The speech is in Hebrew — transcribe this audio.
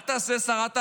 מה תעשה שרת ההסברה,